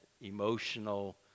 emotional